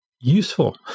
useful